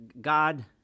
God